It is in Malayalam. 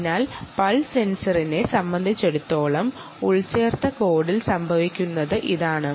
അതിനാൽ പൾസ് സെൻസറിനെ സംബന്ധിച്ചിടത്തോളം എംബഡഡ് കോഡിൽ സംഭവിക്കുന്നത് ഇതാണ്